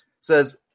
says